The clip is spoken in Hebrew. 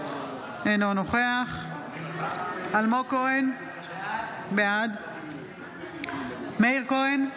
אינו נוכח אלמוג כהן, בעד מאיר כהן,